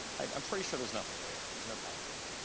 i'm pretty sure there's nothing there. there's no pattern here.